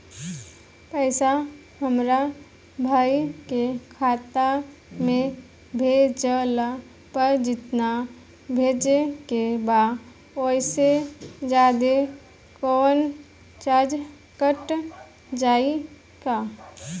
पैसा हमरा भाई के खाता मे भेजला पर जेतना भेजे के बा औसे जादे कौनोचार्ज कट जाई का?